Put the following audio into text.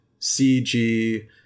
CG